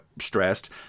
stressed